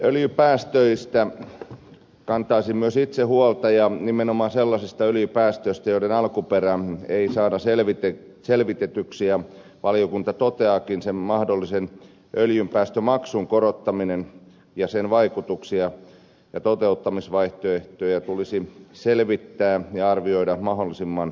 öljypäästöistä kantaisin myös itse huolta ja nimenomaan sellaisista öljypäästöistä joiden alkuperää ei saada selvitetyksi ja valiokunta toteaakin että mahdollisen öljynpäästömaksun korottamisen vaikutuksia ja toteuttamisvaihtoehtoja tulisi selvittää ja arvioida mahdollisimman pian